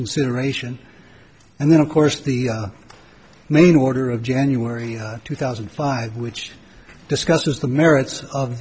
reconsideration and then of course the main order of january two thousand and five which discusses the merits of